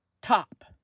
top